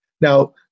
Now